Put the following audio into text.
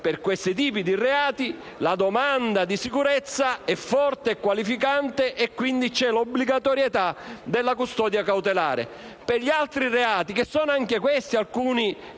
Per questi tipi di reati la domanda di sicurezza è forte e qualificante e quindi c'è obbligatorietà della custodia cautelare. Per gli altri reati, alcuni dei quali